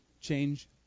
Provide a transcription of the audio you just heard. change